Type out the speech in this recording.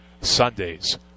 sunday's